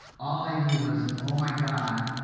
all i knew was, oh, my god,